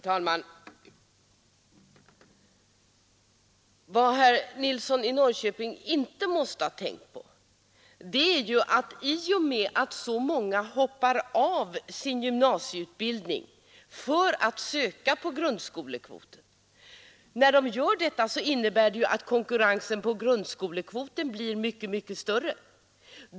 Herr talman! Vad herr Nilsson i Norrköping inte måtte ha tänkt på är att i och med att så många hoppar av sin gymnasieutbildning för att söka till vidareutbildningen på grundskolekvoten blir ju konkurrensen på grundskolekvoten mycket, mycket större.